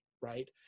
right